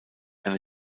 eine